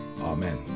Amen